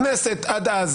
הכנסת עד אז